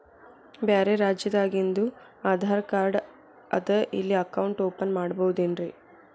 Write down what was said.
ಬ್ಯಾರೆ ರಾಜ್ಯಾದಾಗಿಂದು ಆಧಾರ್ ಕಾರ್ಡ್ ಅದಾ ಇಲ್ಲಿ ಅಕೌಂಟ್ ಓಪನ್ ಮಾಡಬೋದೇನ್ರಿ?